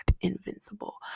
invincible